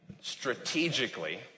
strategically